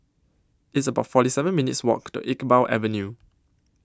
It's about forty seven minutes' Walk to Iqbal Avenue